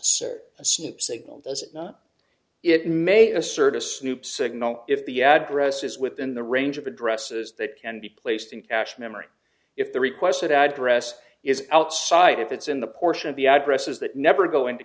simple signal does not it may assert a snoop signal if the address is within the range of addresses that can be placed in cache memory if the requested address is outside if it's in the portion of the addresses that never go into